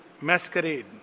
Masquerade